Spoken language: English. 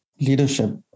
leadership